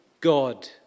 God